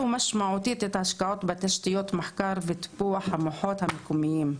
משמעותית את ההשקעות בתשתיות מחקר וטיפוח המוחות המקומיים,